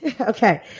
okay